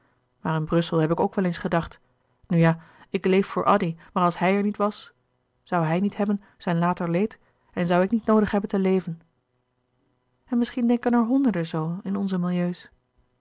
maar in brussel heb ik ook wel eens gedacht nu ja ik leef voor addy maar als hij er niet was zoû hij niet hebben zijn later leed en zoû ik niet noodig hebben te leven en misschien denken er honderden zoo in onze milieu's